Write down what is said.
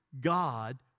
God